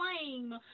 flame